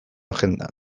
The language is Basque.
agendan